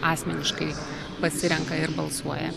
asmeniškai pasirenka ir balsuoja